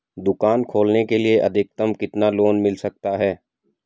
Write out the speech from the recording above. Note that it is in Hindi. दुकान खोलने के लिए अधिकतम कितना लोन मिल सकता है?